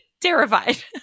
terrified